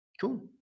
Cool